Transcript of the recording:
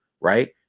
Right